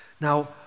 Now